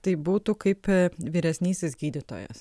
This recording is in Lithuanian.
tai būtų kaip vyresnysis gydytojas